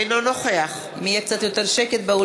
אינו נוכח חיים